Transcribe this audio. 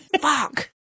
Fuck